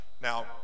now